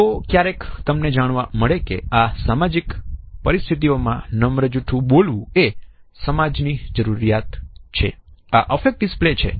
તો ક્યારેક તમને જાણવા મળે કે આ સામાજિક પરિસ્થિતિમાં નમ્ર જૂઠું બોલવુંએ સમાજની જરૂરિયાત છે